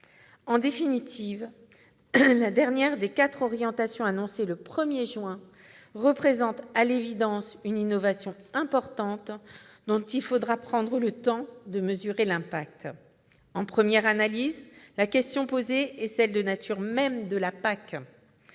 En définitive, la dernière des quatre orientations annoncées le 1 juin représente à l'évidence une innovation importante dont il faudra prendre le temps de mesurer l'impact. En première analyse, la question posée est celle de la nature même de la PAC :